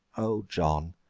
o john!